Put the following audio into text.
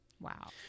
wow